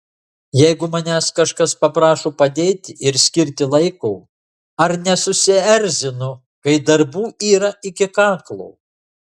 jeigu manęs kažkas paprašo padėti ir skirti laiko ar nesusierzinu kai darbų yra iki kaklo